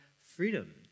freedom